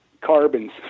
carbons